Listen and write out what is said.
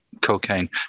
cocaine